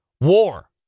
War